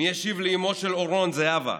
מי ישיב לאימו של אורון, זהבה?